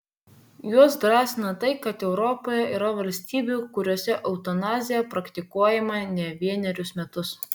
juos drąsina tai kad europoje yra valstybių kuriose eutanazija praktikuojama ne vienerius metus